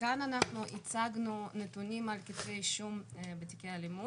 הזה הצגנו נתונים על כתבי אישום בתיקי אלימות.